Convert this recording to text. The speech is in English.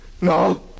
No